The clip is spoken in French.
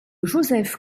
josèphe